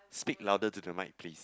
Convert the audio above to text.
speak louder to the mic please